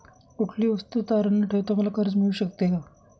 कुठलीही वस्तू तारण न ठेवता मला कर्ज मिळू शकते का?